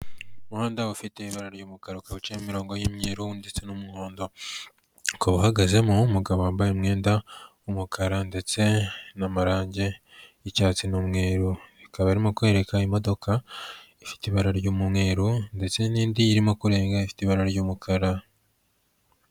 Umuhanda ufite ibara ry'umukara, ukaba uciyemo imirongo y'imyeru ndetse n'umuhondo, ukaba uhagazemo umugabo wambaye umwenda w'umukara ndetse n'amarangi y'icyatsi n'umweru, akaba arimo kwereka imodoka ifite ibara ry'umweru ndetse n'indi irimo kurenga ifite ibara ry'umukara.